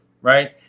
right